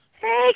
Hey